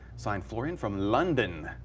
signed, florian from london.